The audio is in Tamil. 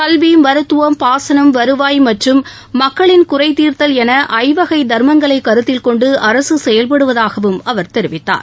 கல்வி மருத்துவம் பாசனம் வருவாய் மற்றும் மக்களின் குறைதீர்த்தல் என ஐவகை தர்மங்களை கருத்தில் கொண்டு அரசு செயல்படுவதாகவும் அவர் தெரிவித்தார்